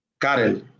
Karel